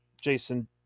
Jason